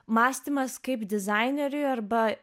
mąstymas kaip dizaineriui arba